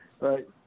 right